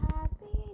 Happy